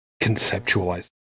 conceptualize